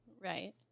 Right